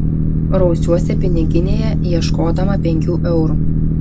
rausiuosi piniginėje ieškodama penkių eurų